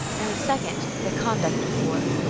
and the second the conduct of war.